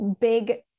big